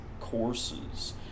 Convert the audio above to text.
courses